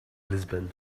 lisbon